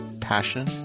passion